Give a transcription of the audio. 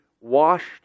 washed